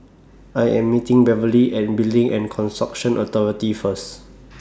I Am meeting Beverley At Building and Construction Authority First